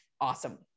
awesome